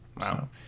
Wow